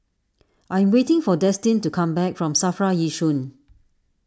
I am waiting for Destin to come back from Safra Yishun